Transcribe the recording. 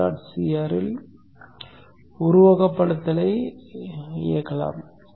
cir இல் உருவகப்படுத்துதலை இயக்கவும்